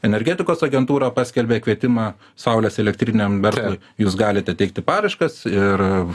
energetikos agentūra paskelbė kvietimą saulės elektriniam verslui jūs galite teikti paraiškas ir